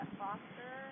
foster